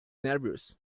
nervous